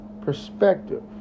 perspective